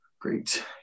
Great